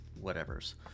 whatever's